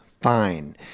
Fine